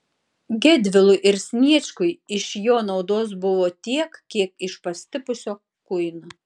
gedvilui ir sniečkui iš jo naudos buvo tiek kiek iš pastipusio kuino